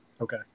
okay